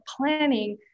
planning